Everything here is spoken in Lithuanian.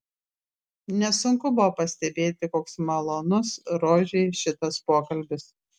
nesunku buvo pastebėti koks malonus rožei šitas pokalbis